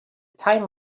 time